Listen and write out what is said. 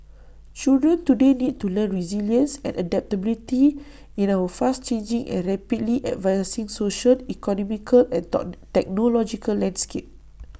children today need to learn resilience and adaptability in our fast changing and rapidly advancing social economical and taught technological landscape